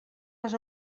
les